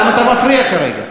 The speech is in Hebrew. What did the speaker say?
למה אתה מפריע כרגע?